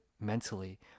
mentally